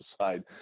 side